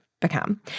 become